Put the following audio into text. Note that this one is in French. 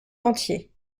entier